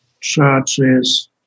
churches